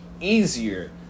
easier